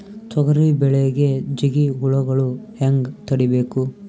ತೊಗರಿ ಬೆಳೆಗೆ ಜಿಗಿ ಹುಳುಗಳು ಹ್ಯಾಂಗ್ ತಡೀಬೇಕು?